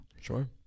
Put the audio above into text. Sure